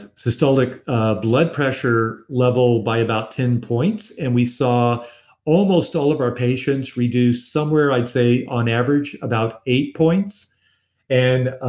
systolic blood pressure level by about ten points and we saw almost all of our patients reduce somewhere i'd say on average about eight points and